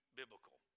biblical